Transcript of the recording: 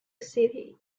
city